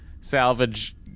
salvage